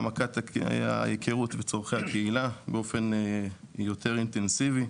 העמקת ההיכרות וצורכי הקהילה באופן יותר אינטנסיבי.